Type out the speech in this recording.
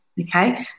Okay